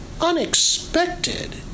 unexpected